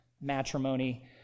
matrimony